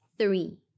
three